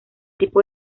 tipo